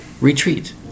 retreat